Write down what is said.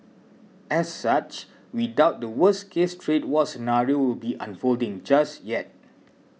as such we doubt the worst case trade war scenario will be unfolding just yet